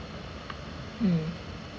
mm